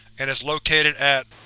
and is located at